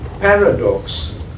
paradox